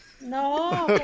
No